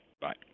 Bye